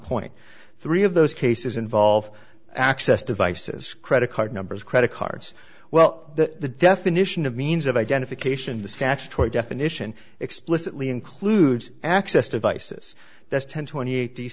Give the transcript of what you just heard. point three of those cases involve access devices credit card numbers credit cards well the definition of means of identification the statutory definition explicitly includes access to vices that's ten twenty eight